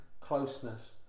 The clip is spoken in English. closeness